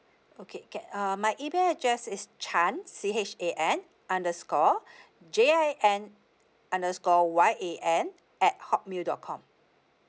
okay can uh my email address is chan C H A N underscore J I N underscore Y A N at hotmail dot com